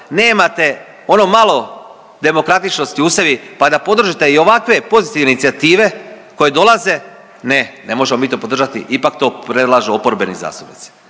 nemate ono malo demokratičnosti u sebi pa da podržite i ovakve pozitivne inicijative koje dolaze. Ne, ne možemo mi to podržati. Ipak to predlažu oporbeni zastupnici.